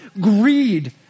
greed